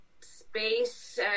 space